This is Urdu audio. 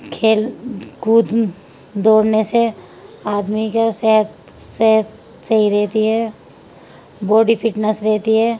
کھیل کود دوڑنے سے آدمی کا صحت صحت صحیح رہتی ہے باڈی فٹنیس رہتی ہے